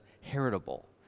heritable